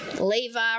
Levi